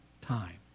time